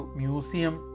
museum